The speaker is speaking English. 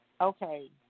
Okay